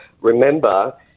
Remember